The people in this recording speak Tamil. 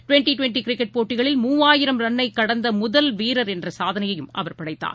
டுவெண்ட்டிடுவெண்ட்டிகிரிக்கெட் போட்டகளில் மூவாயிரம் ரன்னைகடந்தமுதல் வீரா் என்றசாதனையும் அவர் படைத்தார்